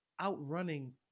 outrunning